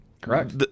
correct